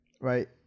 Right